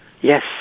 yes